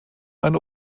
eine